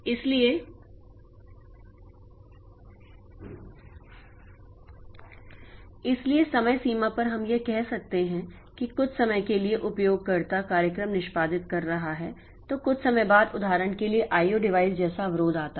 इसलिए समयसीमा पर हम यह कह सकते हैं कि कुछ समय के लिए उपयोगकर्ता कार्यक्रम निष्पादित कर रहा है तो कुछ समय बाद उदाहरण के लिए आईओ डिवाइस जैसा अवरोध आता है